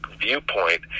viewpoint